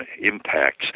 impacts